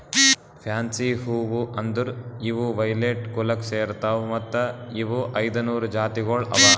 fancy ಹೂವು ಅಂದುರ್ ಇವು ವೈಲೆಟ್ ಕುಲಕ್ ಸೇರ್ತಾವ್ ಮತ್ತ ಇವು ಐದ ನೂರು ಜಾತಿಗೊಳ್ ಅವಾ